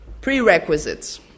prerequisites